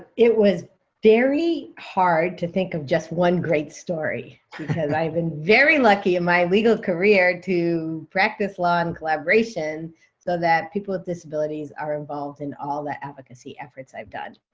it was very hard to think of just one great story, because i've been very lucky, in my legal career, to practice law in collaboration so that people with disabilities are involved in all the advocacy efforts i've done.